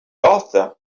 author